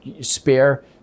spare